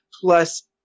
plus